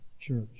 church